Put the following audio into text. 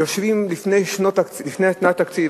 יושבים לפני שנת תקציב.